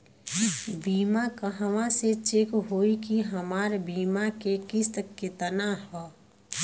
बीमा कहवा से चेक होयी की हमार बीमा के किस्त केतना ह?